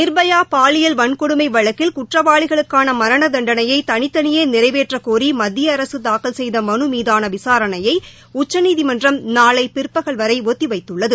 நிர்பயாபாலியல் வன்கொடுமைவழக்கில் குற்றவாளிகளுக்கானமரணதண்டனையைதனித்தனியேநிறைவேற்றக் கோிமத்திய அரசுதாக்கல் செய்தமனுமீதானவிசாரணையைஉச்சநீதிமன்றம் நாளைபிற்பகல் வரைஒத்திவைத்துள்ளது